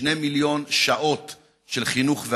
2 מיליון שעות של חינוך והדרכה.